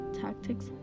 tactics